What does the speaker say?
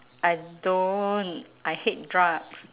I don't I hate drugs